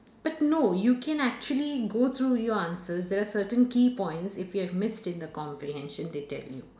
but no you can actually go through your answers there are certain key points if you have missed in the comprehension they tell you